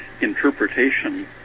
interpretation